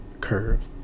curve